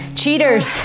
cheaters